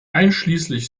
einschließlich